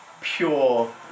pure